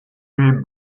vefe